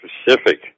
specific